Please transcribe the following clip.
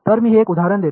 तर मी हे एक उदाहरण देतो